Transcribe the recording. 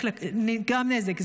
נגרם נזק,